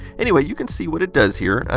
anyway, you can see what it does here.